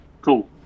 cool